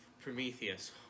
Prometheus